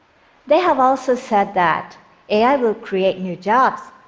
they have also said that ai will create new jobs,